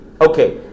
Okay